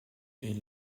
est